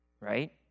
right